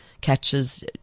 catches